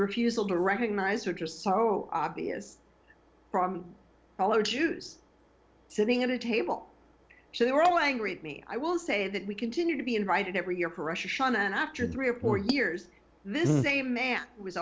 refusal to recognize which are so obvious from below jews sitting at a table so they were all angry at me i will say that we continue to be invited every year for russia china and after three or four years